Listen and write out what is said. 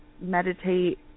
meditate